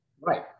Right